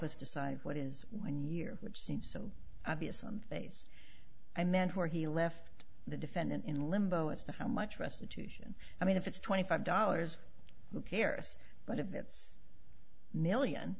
us decide what is one year which seems so obvious on the face and then where he left the defendant in limbo as to how much restitution i mean if it's twenty five dollars to paris but if it's million